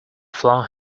flung